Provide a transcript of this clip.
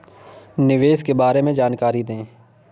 निवेश के बारे में जानकारी दें?